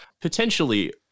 potentially